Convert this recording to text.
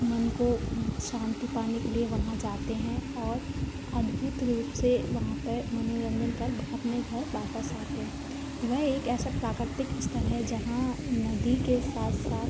मन को शांति पाने के लिए वहाँ जाते हैं और अद्भुत रूप से वहाँ पर मनोरंजन कर अपने घर वापस आते हैं वह एक ऐसा प्राकृतिक स्थल है जहाँ नदी के साथ साथ